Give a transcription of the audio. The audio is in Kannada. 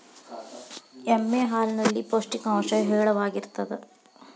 ಎಮ್ಮೆ ಹಾಲಿನಲ್ಲಿ ಪೌಷ್ಟಿಕಾಂಶ ಹೇರಳವಾಗಿದೆ